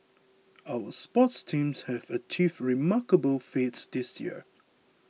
our sports teams have achieved remarkable feats this year